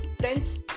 friends